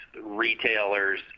retailers